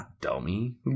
Dummy